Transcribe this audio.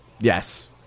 Yes